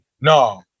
no